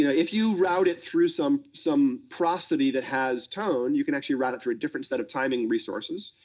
you know if you route it through some some prosody that has tone, you can actually route it through a different set of timing resources,